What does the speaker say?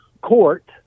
court